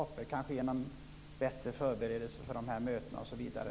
Kanske kan det ske genom bättre förberedelse inför de här mötena, osv.